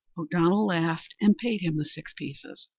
o'donnell laughed and paid him the six pieces.